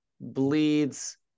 bleeds